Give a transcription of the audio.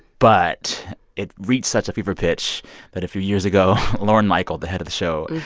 but it reached such a fever pitch that, a few years ago, lorne michaels, the head of the show,